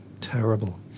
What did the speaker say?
terrible